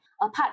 Apart